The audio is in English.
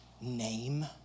name